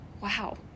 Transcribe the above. wow